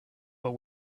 but